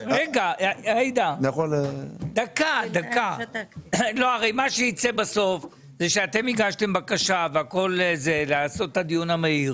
מה שיקרה בסוף זה שאתם הגשתם בקשה לעשות את הדיון המהיר